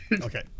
Okay